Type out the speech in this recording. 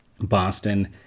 Boston